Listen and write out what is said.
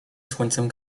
słońcem